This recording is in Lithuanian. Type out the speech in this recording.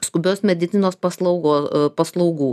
skubios medicinos paslaugo paslaugų